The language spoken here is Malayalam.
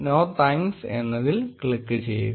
നോ താങ്ക്സ് എന്നതിൽ ക്ലിക്ക് ചെയ്യുക